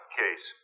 case